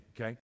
okay